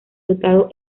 dotado